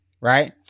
right